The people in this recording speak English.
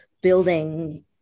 building